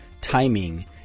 timing